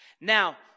Now